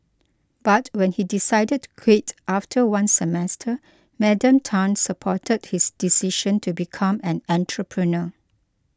but when he decided to quit after one semester Madam Tan supported his decision to become an entrepreneur